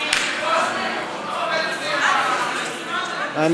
ההסתייגות של קבוצת סיעת מרצ לפני סעיף 1 לא נתקבלה.